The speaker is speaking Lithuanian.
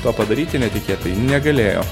to padaryti netikėtai negalėjo